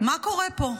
מה קורה פה?